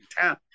town